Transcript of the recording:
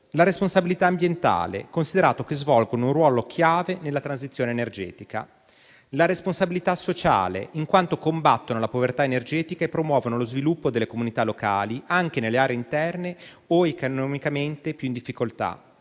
la responsabilità ambientale, considerato che svolgono un ruolo chiave nella transizione energetica; la responsabilità sociale, in quanto combattono la povertà energetica e promuovono lo sviluppo delle comunità locali anche nelle aree interne o economicamente più in difficoltà;